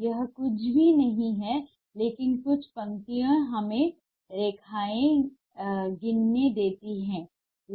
यह कुछ भी नहीं है लेकिन कुछ पंक्तियाँ हमें रेखाएँ गिनने देती हैं